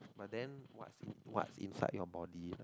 but then what's what's inside your body